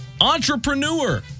Entrepreneur